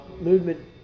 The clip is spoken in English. movement